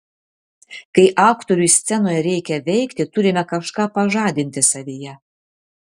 kai aktoriui scenoje reikia veikti turime kažką pažadinti savyje